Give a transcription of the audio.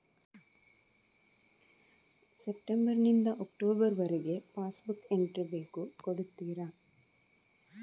September ನಿಂದ October ವರಗೆ pass book entry ಬೇಕು ಕೊಡುತ್ತೀರಾ?